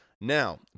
Now